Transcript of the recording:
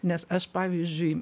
nes aš pavyzdžiui